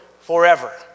forever